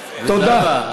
זהבה,